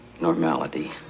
normality